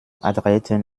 adretten